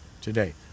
today